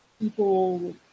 people